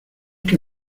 que